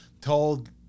told